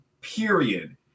period